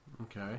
Okay